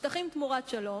"שטחים תמורת שלום"